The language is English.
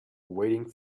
waiting